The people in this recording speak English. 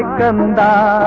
gun and